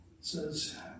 Says